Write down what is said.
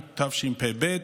התשפ"ב 2022,